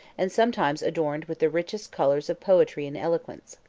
and sometimes adorned with the richest colors of poetry and eloquence.